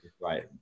Right